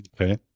Okay